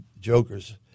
jokers